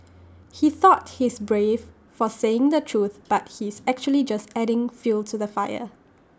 he thought he's brave for saying the truth but he's actually just adding fuel to the fire